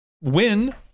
win